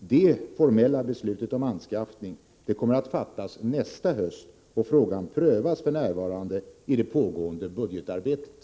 Det formella beslutet om anskaffning kommer att fattas nästa höst, och frågan prövas f.n. i det pågående budgetarbetet.